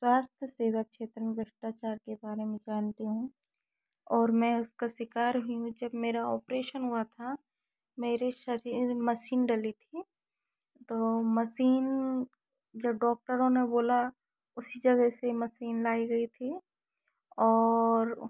स्वास्थ्य सेवा क्षेत्र में भ्रष्टाचार के बारे में जानती हूँ और मैं उसका शिकार हुई हूँ जब मेरा ऑपरेशन हुआ था मेरे शरीर में मशीन डली थी तो मशीन जब डॉक्टरों ने बोला उसी जगह से मशीन लाई गई थी और